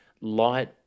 light